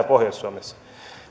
pohjois suomessa